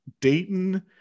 Dayton